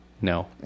No